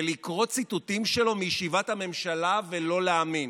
ולקרוא ציטוטים שלו מישיבת הממשלה ולא להאמין: